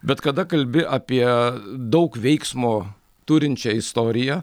bet kada kalbi apie daug veiksmo turinčią istoriją